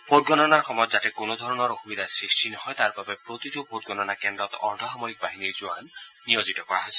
vote গণনাৰ সময়ত যাতে কোনো ধৰণৰ অসুবিধাৰ সৃষ্টি নহয় তাৰ বাবে প্ৰতিটো ভোট গণনা কেন্দ্ৰত অৰ্ধ সামৰিক বাহিনীৰ জোৱান নিয়োজিত কৰা হৈছে